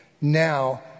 Now